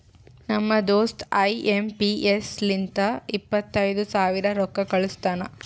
ನಮ್ ದೋಸ್ತ I M P S ಲಿಂತ ಇಪ್ಪತೈದು ಸಾವಿರ ರೊಕ್ಕಾ ಕಳುಸ್ತಾನ್